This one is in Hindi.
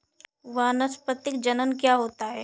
वानस्पतिक जनन क्या होता है?